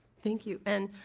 thank you. and,